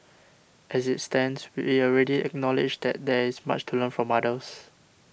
as it stands we will already acknowledge that there is much to learn from others